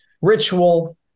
ritual